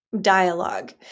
dialogue